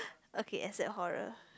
okay except horror